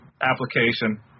application